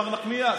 מר נחמיאס?